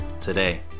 today